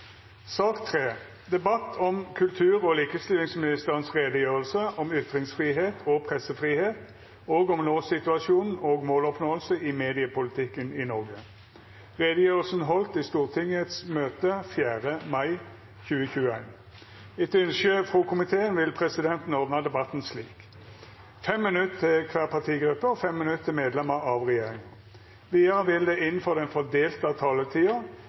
sak nr. 4 avslutta. Etter ynske frå komiteen vil presidenten ordna debatten slik: 3 minutt til kvar partigruppe og 3 minutt til medlemer av regjeringa. Vidare vil det – innanfor den fordelte taletida